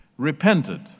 Repented